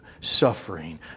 suffering